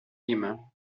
him